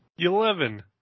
Eleven